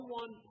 one